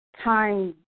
time